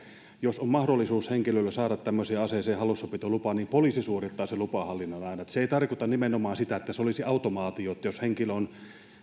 jos on mahdollisuus henkilöllä saada hallussapitolupa tämmöiseen aseeseen niin poliisi suorittaa sen lupahallinnan aina se ei tarkoita nimenomaan sitä että se olisi automaatio ja että jos